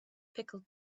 pickled